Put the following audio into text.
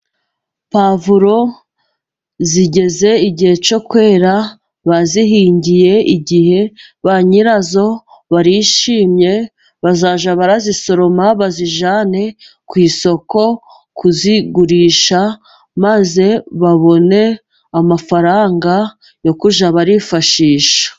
Puwavuro zigeze igihe cyo kwera bazihingiye igihe, ba nyirazo barishimye bazajya bazisoroma bazijyane ku isoko kuzigurisha, maze babone amafaranga yo kujya bifashisha.